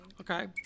okay